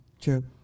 True